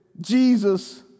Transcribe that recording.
Jesus